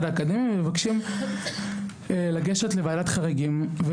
האקדמי ומבקשים לגשת לוועדת חריגים.